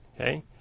okay